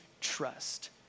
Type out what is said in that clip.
trust